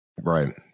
Right